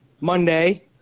Monday